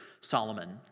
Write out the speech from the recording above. Solomon